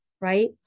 right